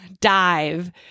Dive